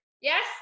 yes